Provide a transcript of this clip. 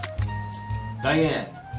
Diane